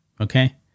Okay